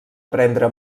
prendre